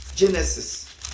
Genesis